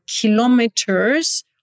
kilometers